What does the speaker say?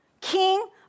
King